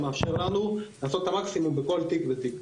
שמאפשר לנו לעשות את המקסימום בכל תיק ותיק.